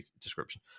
description